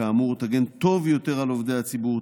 כאמור תגן טוב יותר על עובדי הציבור,